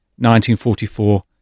1944